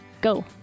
Go